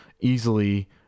easily